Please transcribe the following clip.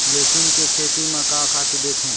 लेसुन के खेती म का खातू देथे?